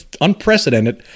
unprecedented